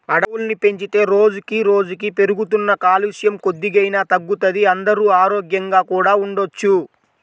అడవుల్ని పెంచితే రోజుకి రోజుకీ పెరుగుతున్న కాలుష్యం కొద్దిగైనా తగ్గుతది, అందరూ ఆరోగ్యంగా కూడా ఉండొచ్చు